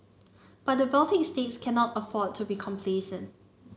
but the Baltic states cannot afford to be complacent